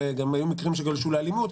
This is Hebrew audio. וגם היו מקרים שגלשו לאלימות.